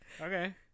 Okay